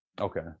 okay